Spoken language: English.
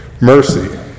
mercy